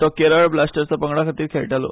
तो केरळ ब्लास्टर्स पंगडा खातीर खेळटालो